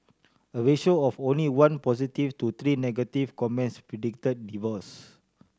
a ratio of only one positive to three negative comments predict divorce